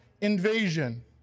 invasion